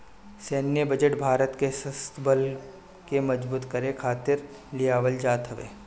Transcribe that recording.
सैन्य बजट भारत के शस्त्र बल के मजबूत करे खातिर लियावल जात हवे